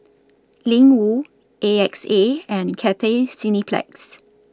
Ling Wu A X A and Cathay Cineplex